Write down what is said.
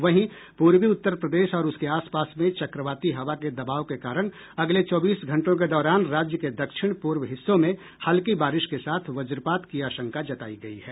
वहीं प्रर्वी उत्तर प्रदेश और उसके आस पास में चक्रवाती हवा के दबाव के कारण अगले चौबीस घंटों के दौरान राज्य के दक्षिण पूर्व हिस्सों में हल्की बारिश के साथ वज्रपात की आशंका जतायी गई है